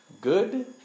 Good